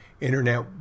Internet